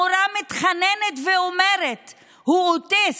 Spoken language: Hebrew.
המורה מתחננת ואומרת: הוא אוטיסט,